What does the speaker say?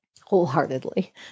wholeheartedly